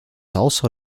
also